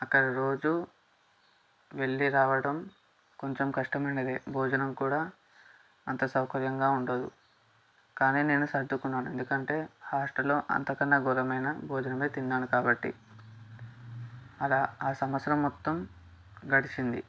అక్కడ రోజు వెళ్ళి రావడం కొంచెం కష్టమైనదే భోజనం కూడా అంత సౌకర్యంగా ఉండదు కానీ నేను సర్దుకున్నాను ఎందుకంటే హాస్టల్లో అంతకన్నా ఘోరమైన భోజనమే తిన్నాను కాబట్టి అలా సంవత్సరం మొత్తం గడిచింది